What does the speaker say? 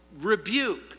rebuke